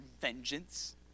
vengeance